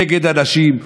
נגד אנשים.